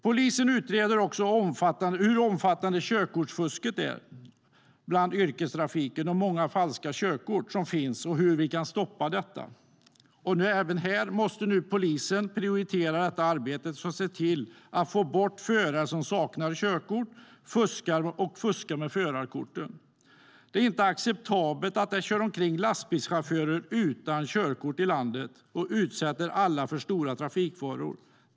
Polisen utreder hur omfattande körkortsfusket är inom yrkestrafiken, hur många falska körkort som finns och hur vi kan stoppa detta. Även här måste polisen prioritera arbetet och se till att få bort förare som saknar körkort och fuskar med förarkorten. Det är inte acceptabelt att det kör omkring lastbilschaufförer i landet utan körkort och utsätter alla för stora trafikfaror.